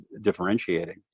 differentiating